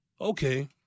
Okay